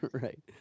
right